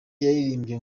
yaririmbye